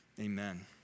amen